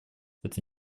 это